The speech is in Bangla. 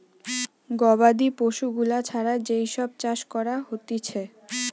গবাদি পশু গুলা ছাড়া যেই সব চাষ করা হতিছে